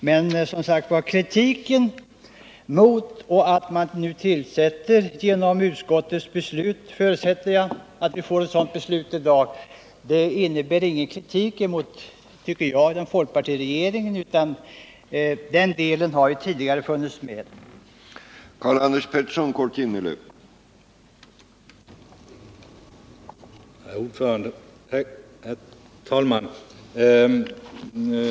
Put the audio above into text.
Den kritik som i det här avseendet framförts mot det beslut som jag förutsätter att vi skall fatta i dag innebär som sagt enligt min mening ingen kritik mot folkpartiregeringen, för den delen av propositionen har ju tidigare funnits med i bilden.